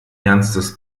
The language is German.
ernstes